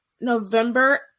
November